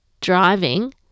driving